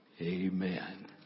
Amen